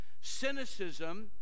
cynicism